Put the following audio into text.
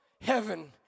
heaven